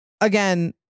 again